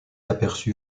aperçu